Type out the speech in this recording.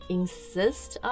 insist